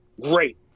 great